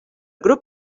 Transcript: grup